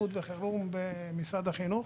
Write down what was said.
בטיחות וחירום במשרד החינוך.